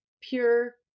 pure